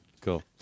cool